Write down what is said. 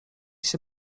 się